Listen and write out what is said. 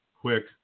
quick